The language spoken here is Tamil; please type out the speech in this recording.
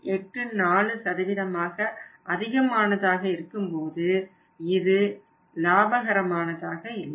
84 ஆக அதிகமானதாக இருக்கும்போது இது லாபகரமாக இல்லை